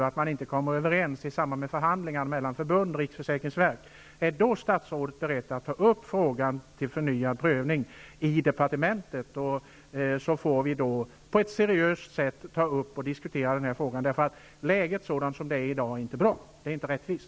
Om man inte kommer överens vid förhandlingarna mellan förbundet och riksförsäkringsverket, är statsrådet då beredd att ta upp frågan till förnyad prövning i departementet, så att vi på ett seriöst sätt kan diskutera frågan? Situationen i dag är inte bra. Det är inte rättvist.